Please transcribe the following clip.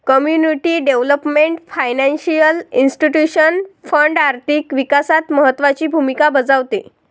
community development financial institution fund आर्थिक विकासात महत्त्वाची भूमिका बजावते